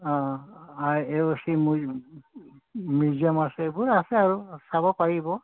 museum আছে এইবোৰ আছে আৰু চাব পাৰিব